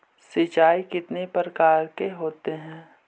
सिंचाई कितने प्रकार के होते हैं?